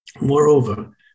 moreover